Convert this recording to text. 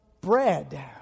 bread